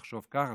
תחשוב ככה,